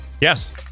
Yes